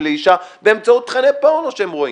לאשה באמצעות תכני פורנו שהם רואים.